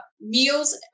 meals